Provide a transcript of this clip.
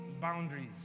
boundaries